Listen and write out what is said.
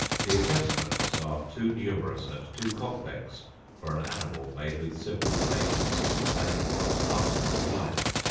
the adjustments are too numerous and too complex for an animal made with simple tastes and for a pastoral life.